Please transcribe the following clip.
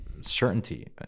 certainty